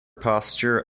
posture